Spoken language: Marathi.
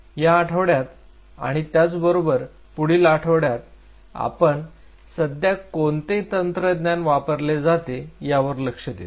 या आठवड्यात आणि त्याचबरोबर पुढील आठवड्यात आपण सध्या कोणते तंत्रज्ञान वापरले जाते यावर लक्ष देऊ